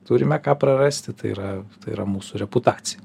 turime ką prarasti tai yra tai yra mūsų reputacija